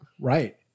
right